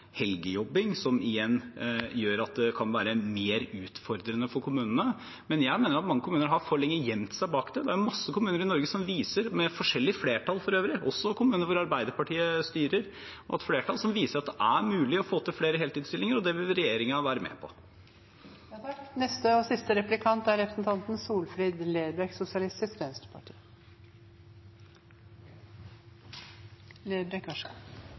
det kan være mer utfordrende for kommunene. Men jeg mener at mange kommuner for lenge har gjemt seg bak dette. Det er mange kommuner i Norge – for øvrig med forskjellig flertall, også kommuner hvor Arbeiderpartiet styrer – som viser at det mulig å få til flere heltidsstillinger, og det vil regjeringen være med på. Eg vil gjerne stilla statsråden dette spørsmålet sidan Høgre er